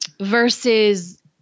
versus